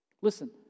Listen